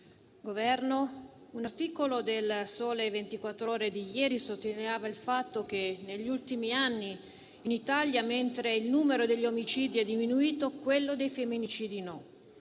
un articolo de «Il Sole 24 Ore» di ieri sottolineava il fatto che negli ultimi anni in Italia è diminuito il numero degli omicidi, ma non quello dei femminicidi.